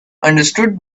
understood